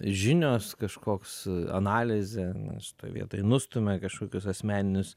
žinios kažkoks analizė šitoj vietoj nustumia kažkokius asmeninius